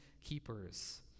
keepers